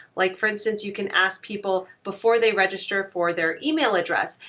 like for instance, you can ask people before they register for their email address,